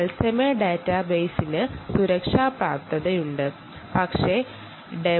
real time ഡാറ്റാബേസിൽ സുരക്ഷാ enable ചെയ്യാൻ കഴിയുന്നു